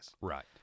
Right